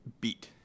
beat